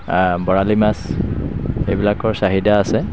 বৰালি মাছ এইবিলাকৰ চাহিদা আছে